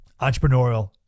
entrepreneurial